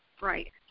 Right